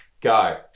Go